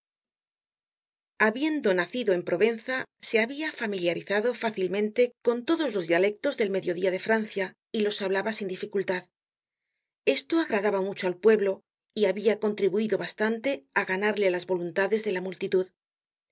habiendo nacido en provenza se habia familiarizado facilmente con todos los dialectos del mediodía de francia y los hablaba sin dificultad esto agradaba mucho al pueblo y habia contribuido bastante á ganarle las voluntades de la multitud